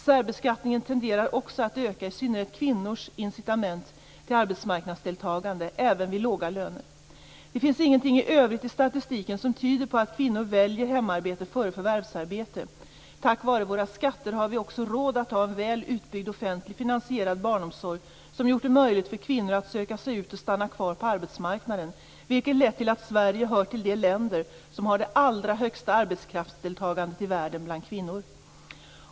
Särbeskattningen tenderar också att öka i synnerhet kvinnors incitament till arbetsmarknadsdeltagande även vid låga löner. Det finns ingenting i övrigt i statistiken som tyder på att kvinnor väljer hemarbete före förvärvsarbete. Tack vare våra skatter har vi också råd att ha en väl utbyggd offentligt finansierad barnomsorg som gjort det möjligt för kvinnor att söka sig ut och stanna kvar på arbetsmarknaden, vilket lett till att Sverige hör till de länder som har det allra högsta arbetskraftsdeltagandet i världen bland kvinnor.